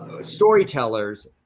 storytellers